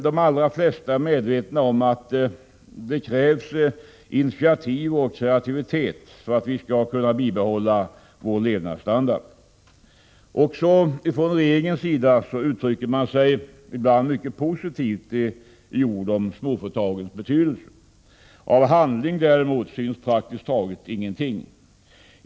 De allra flesta är medvetna om att det krävs initiativ och kreativitet för att vi skall kunna bibehålla vår levnadsstandard. Också från regeringens sida uttrycker man sig ibland mycket positivt i ord om småföretagens betydelse. Av handling däremot syns praktiskt taget ingenting.